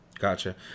Gotcha